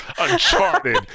Uncharted